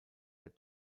der